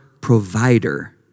provider